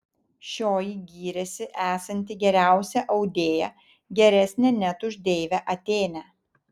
šioji gyrėsi esanti geriausia audėja geresnė net už deivę atėnę